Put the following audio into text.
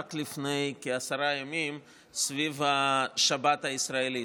לפני כעשרה ימים סביב השבת הישראלית,